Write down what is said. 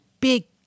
big